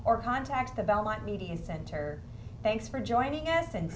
or contact the belmont media center thanks for joining us and